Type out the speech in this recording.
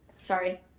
sorry